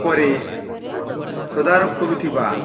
ଉପରେ ତଦାରଖ କରୁଥିବା